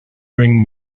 bring